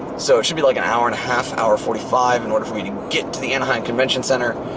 so it should be like an hour and a half, hour forty-five in order for me to get to the anaheim convention center,